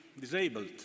disabled